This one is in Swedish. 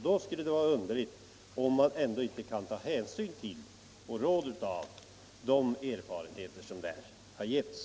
Då skulle det vara underligt om man ändå inte kunde ta hänsyn till de erfarenheter som där har getts.